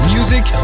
Music